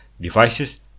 Devices